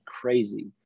crazy